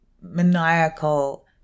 maniacal